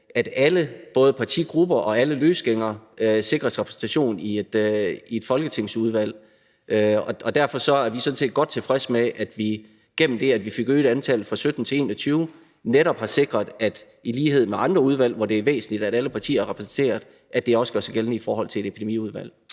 at alle, både partigrupper og løsgængere, sikres repræsentation i et folketingsudvalg. Og derfor er vi sådan set godt tilfredse med, at vi gennem det, at vi fik øget antallet fra 17 til 21, netop har sikret, at det i lighed med andre udvalg, hvor det er væsentligt, at alle partier er repræsenteret, også gør sig gældende i forhold til et epidemiudvalg.